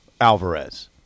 Alvarez